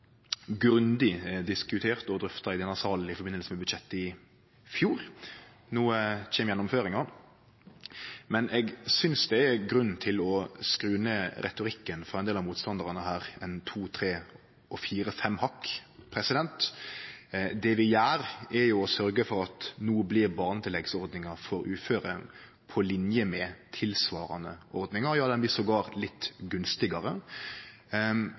grundig diskutert og drøfta i denne salen i samband med budsjettet i fjor. No kjem gjennomføringa, men eg synest det er grunn til å skru ned retorikken frå ein del av motstandarane her to–tre og fire–fem hakk. Det vi gjer, er å sørgje for at barnetilleggsordninga for uføre no blir på linje med tilsvarande ordningar, ja ho blir til og med litt gunstigare.